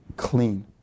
clean